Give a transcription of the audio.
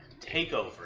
takeover